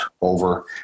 over